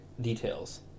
details